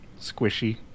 Squishy